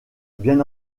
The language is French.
bien